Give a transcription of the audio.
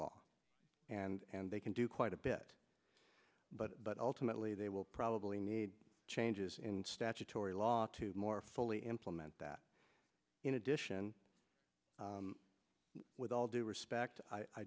law and they can do quite a bit but but ultimately they will probably need changes in statutory law to more fully implement that in addition with all due respect i